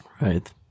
Right